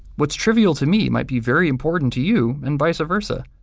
what's trivial to me might be very important to you and vice versa.